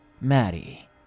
Maddie